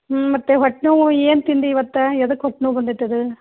ಹ್ಞೂ ಮತ್ತೆ ಹೊಟ್ಟೆ ನೋವು ಏನು ತಿಂದೆ ಇವತ್ತು ಯಾದಕ್ ಹೊಟ್ಟೆ ನೋವು ಬಂದೈತೆ ಅದು